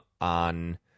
on